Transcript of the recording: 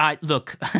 look